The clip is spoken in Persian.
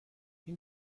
این